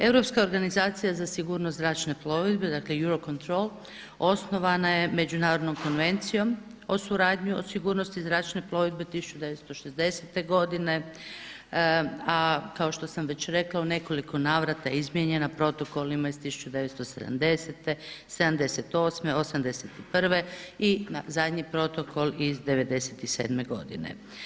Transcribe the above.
Europska organizacija za sigurnost zračne plovidbe, dakle Eurocontrol osnovana je Međunarodnom konvencijom o suradnji o sigurnosti zračnog plovidbe 1960. godine, a kao što sam već rekla u nekoliko navrata izmijenjena Protokolima iz 1970., '78., '81. i zadnji Protokol iz '97. godine.